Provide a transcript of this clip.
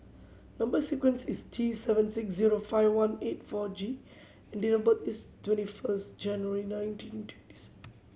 number sequence is T seven six zero five one eight four G and date of birth is twenty first January nineteen twenty seven